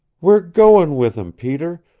we're goin' with him, peter.